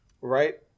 Right